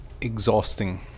Exhausting